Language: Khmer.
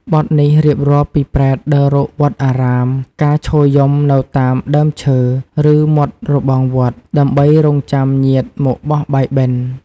បទនេះរៀបរាប់ពីប្រេតដើររកវត្តអារាម ការឈរយំនៅតាមដើមឈើ ឬមាត់របងវត្ត ដើម្បីរង់ចាំញាតិមកបោះបាយបិណ្ឌ។